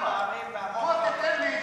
למה אין בתשתיות?